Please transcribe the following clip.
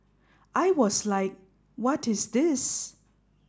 I was like what is this